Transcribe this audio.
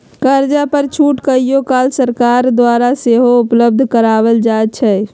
कर्जा पर छूट कहियो काल सरकार द्वारा सेहो उपलब्ध करायल जाइ छइ